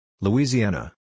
Louisiana